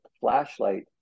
flashlight